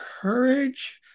courage